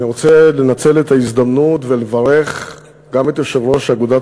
אני רוצה לנצל את ההזדמנות ולברך גם את יושב-ראש אגודת